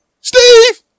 Steve